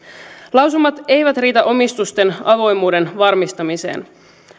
lausumat eivät riitä omistusten avoimuuden varmistamiseen